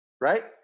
Right